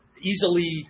easily